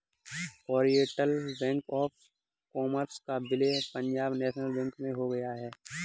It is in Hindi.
ओरिएण्टल बैंक ऑफ़ कॉमर्स का विलय पंजाब नेशनल बैंक में हो गया है